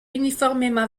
uniformément